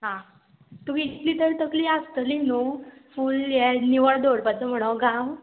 आं तुका इतली तरी तकली आसतली न्हू फूल हे निवळ दवरपाचो म्हणो गांव